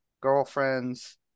girlfriends